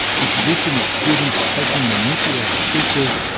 the tradition of students taking the mickey out of teachers,